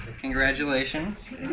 Congratulations